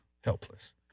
helpless